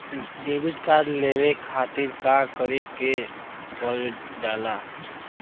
Credit card लेवे खातिर का करे के पड़ेला?